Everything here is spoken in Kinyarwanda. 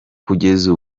kugeza